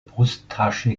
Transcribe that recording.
brusttasche